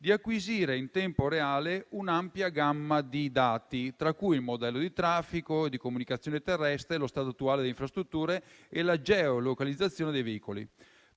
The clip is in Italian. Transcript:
di acquisire in tempo reale un'ampia gamma di dati, tra cui i modelli di traffico e di comunicazione terrestre, lo stato attuale di infrastrutture e la geolocalizzazione dei veicoli.